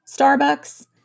Starbucks